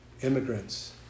immigrants